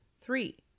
Three